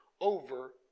over